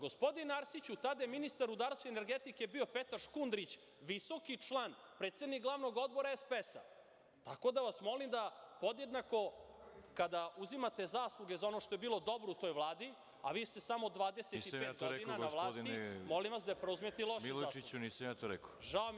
Gospodine Arsiću, tada je ministar rudarstva i energetike bio Petar Škundrić, visoki član, predsednik glavnog odbora SPS, tako da vas molim da podjednako kad uzimate zasluge za ono što je bilo dobro u toj vladi, a vi ste samo 25 godina na vlasti, molim vas da preuzmete i loše zasluge.